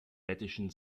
lettischen